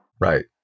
right